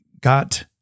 got